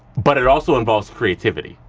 but it also involves creativity.